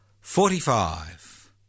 forty-five